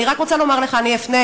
אני רק רוצה לומר לך, אני אפנה